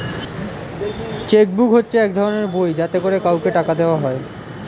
check book হচ্ছে এক ধরনের বই যাতে করে কাউকে টাকা দেওয়া হয়